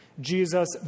Jesus